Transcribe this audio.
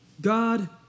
God